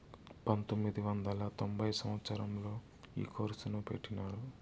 పంతొమ్మిది వందల తొంభై సంవచ్చరంలో ఈ కోర్సును పెట్టినారు